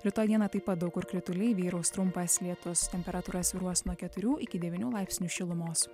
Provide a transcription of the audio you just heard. rytoj dieną taip pat daug kur krituliai vyraus trumpas lietus temperatūra svyruos nuo keturių iki devynių laipsnių šilumos